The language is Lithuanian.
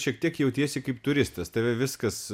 šiek tiek jautiesi kaip turistas tave viskas